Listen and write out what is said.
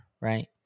right